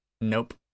Nope